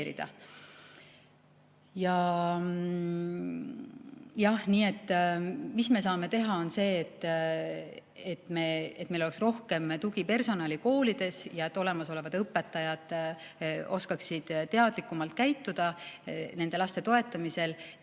mis me saame teha, on see, et meil oleks rohkem tugipersonali koolides ja olemasolevad õpetajad oskaksid teadlikumalt käituda nende laste toetamisel. Te